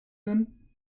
then